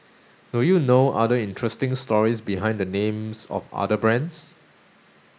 do you know other interesting stories behind the names of other brands